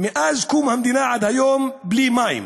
מאז קום המדינה עד היום, בלי מים.